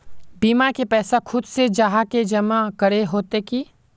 बीमा के पैसा खुद से जाहा के जमा करे होते की?